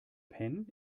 penh